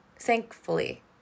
thankfully